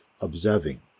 observing